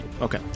okay